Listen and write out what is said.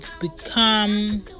become